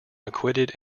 acquitted